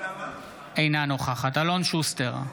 אינה נוכחת אלון שוסטר,